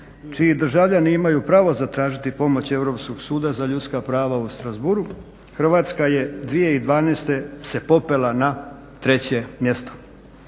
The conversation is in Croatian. čiji državljani imaju pravo zatražiti pomoć Europskog suda za ljudska prava u Strassbourgu Hrvatska je 2012. se popela na treće mjesto.